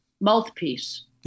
mouthpiece